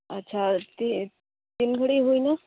ᱟᱪ ᱪᱷᱟ ᱛᱤ ᱛᱤᱱ ᱜᱷᱟᱲᱤᱡ ᱦᱩᱭᱮᱱᱟ